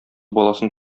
баласын